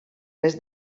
més